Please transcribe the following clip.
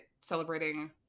celebrating